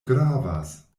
gravas